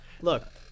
Look